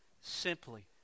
Simply